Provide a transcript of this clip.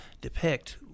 depict